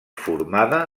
formada